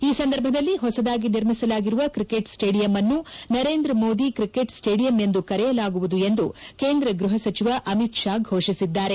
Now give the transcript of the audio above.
ಈ ಸಂದರ್ಭದಲ್ಲಿ ಹೊಸದಾಗಿ ನಿರ್ಮಿಸಲಾಗಿರುವ ಕ್ರಿಕೆಟ್ ಸ್ವೇಡಿಯಂ ಅನ್ನು ನರೇಂದ್ರ ಮೋದಿ ಕ್ರಿಕೆಟ್ ಸ್ವೇಡಿಯಂ ಎಂದು ಕರೆಯಲಾಗುವುದು ಎಂದು ಕೇಂದ್ರ ಗೃಹ ಸಚಿವ ಅಮಿತ್ ಶಾ ಫೋಷಿಸಿದ್ದಾರೆ